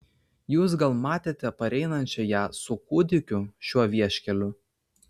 jūs gal matėte pareinančią ją su kūdikiu šiuo vieškeliu